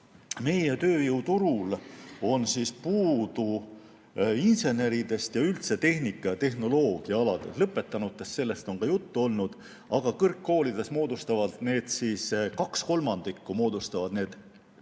Meie tööjõuturul on puudu inseneridest ja üldse tehnika‑ ja tehnoloogiaalade lõpetanutest. Sellest on ka juttu olnud, aga kõrgkoolides moodustavad kaks kolmandikku need